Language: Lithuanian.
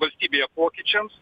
valstybėje pokyčiams